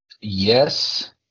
Yes